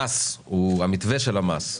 המתווה של המס,